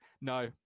No